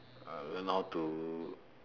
uh learn how to